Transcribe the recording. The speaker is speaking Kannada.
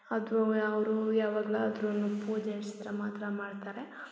ಅದುವೆ ಅವರು ಯಾವಾಗಲಾದರೂನು ಪೂಜೆ ಇಡ್ಸಿದ್ದರೆ ಮಾತ್ರ ಮಾಡ್ತಾರೆ